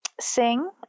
sing